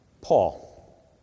Paul